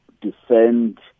defend